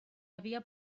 havia